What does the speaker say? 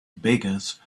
beggars